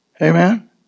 Amen